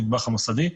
המטבח המוסדי,